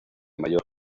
mayor